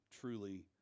Truly